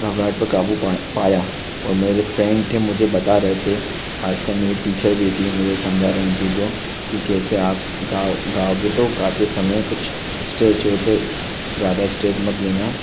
घबराहट पर क़ाबू पाया और मेरे फ्रैंड थे मुझे बता रहे थे ख़ास कर मेरी टीचर भी थी मुझे समझा रहीं थीं जो कि कैसे आप गाओ गाओगे तो गाते समय कुछ स्ट्रेच हो तो ज़्यादा स्ट्रेस मत लेना